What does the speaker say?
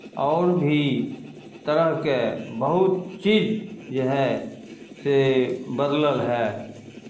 आओर भी तरहके बहुत चीज जे हए से बदलल हए